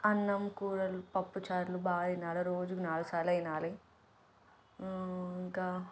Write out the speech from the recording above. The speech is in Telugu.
అన్నం కూరలు పప్పు చారులు బాగా తినాలి రోజుకు నాలుగుసార్లు తినాలి ఇంకా